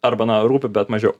arba na rūpi bet mažiau